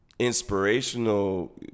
Inspirational